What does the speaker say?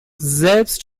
selbst